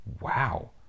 Wow